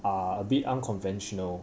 are a bit unconventional